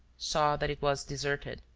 saw that it was deserted,